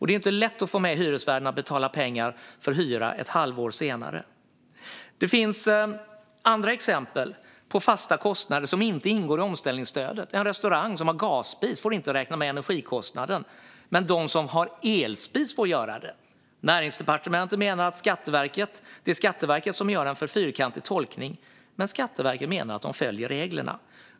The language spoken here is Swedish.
Det är inte lätt att få hyresvärden att gå med på att man ska betala hyran ett halvår senare. Det finns andra exempel på fasta kostnader som inte ingår i omställningsstödet. En restaurang som har gasspis får inte räkna med energikostnaden. Men de som har elspis får göra det. Näringsdepartementet menar att det är Skatteverket som gör en för fyrkantig tolkning, men Skatteverket menar att de följer reglerna.